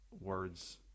words